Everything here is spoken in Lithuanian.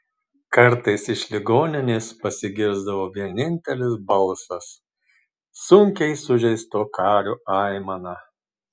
kartais iš ligoninės pasigirsdavo vienintelis balsas sunkiai sužeisto kario aimana